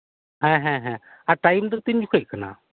ᱦᱮᱸ ᱦᱮᱸ ᱦᱮᱸ ᱟᱨ ᱴᱟᱭᱤᱢ ᱫᱚ ᱛᱤᱱᱡᱚᱠᱷᱟᱹᱡ ᱠᱟᱱᱟ